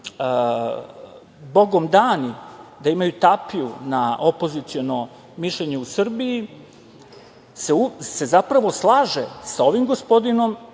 bogom dani, da imaju tapiju na opoziciono mišljenje u Srbiji, se zapravo slaže sa ovim gospodinom